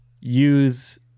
use